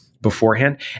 beforehand